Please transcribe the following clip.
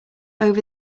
over